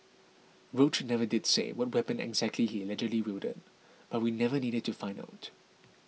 roach never did say what weapon exactly he allegedly wielded but we never needed to find out